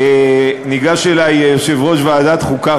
ניגש אלי יושב-ראש ועדת החוקה,